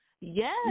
Yes